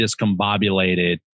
discombobulated